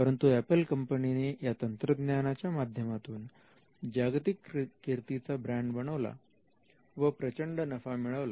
परंतु एपल कंपनीने या तंत्रज्ञानाच्या माध्यमातून जागतिक कीर्तीचा ब्रँड बनवला व प्रचंड नफा मिळवला